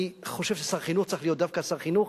אני חושב ששר החינוך צריך להיות דווקא שר חינוך,